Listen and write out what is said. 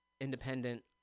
independent